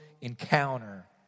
encounter